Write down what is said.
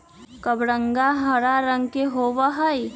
कबरंगा हरा रंग के होबा हई